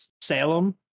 Salem